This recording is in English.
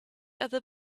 other